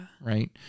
right